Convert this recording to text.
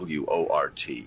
WORT